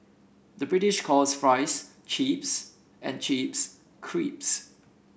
the British calls fries chips and chips